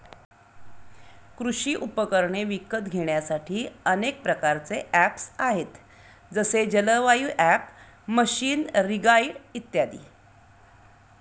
कृषी उपकरणे विकत घेण्यासाठी अनेक प्रकारचे ऍप्स आहेत जसे जलवायु ॲप, मशीनरीगाईड इत्यादी